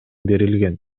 берилген